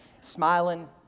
smiling